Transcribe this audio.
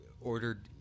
ordered